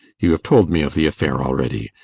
you have told me of the affair already.